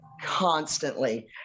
constantly